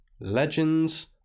legends